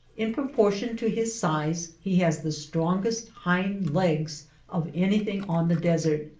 in proportion to his size he has the strongest hind legs of anything on the desert.